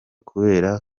kubera